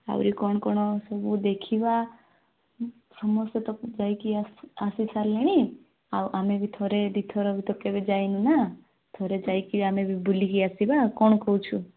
ଆଉରି କ'ଣ କ'ଣ ସବୁ ଦେଖିବା ସମସ୍ତେ ତ ଯାଇକି ଆସି ଆସି ସାରିଲେଣି ଆଉ ଆମେ ବି ଥରେ ଦୁଇଥର ତ କେବେ ବି ଯାଇନୁ ନା ଥରେ ଯାଇକି ଆମେ ବି ବୁଲିକି ଆସିବା କ'ଣ କହୁଛୁ